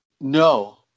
No